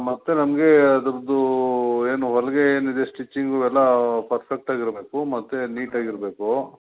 ಮತ್ತೆ ನಮಗೆ ಅದರದ್ದೂ ಏನು ಹೊಲ್ಗೆ ಏನಿದೆ ಸ್ಟಿಚಿಂಗು ಎಲ್ಲ ಪರ್ಫೆಕ್ಟಾಗಿ ಇರಬೇಕು ಮತ್ತೆ ನೀಟಾಗಿ ಇರಬೇಕು